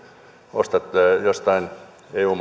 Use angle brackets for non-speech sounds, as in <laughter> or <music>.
ostat jostain eu <unintelligible>